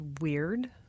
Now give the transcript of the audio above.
weird